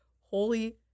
holy